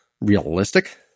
realistic